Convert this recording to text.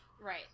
right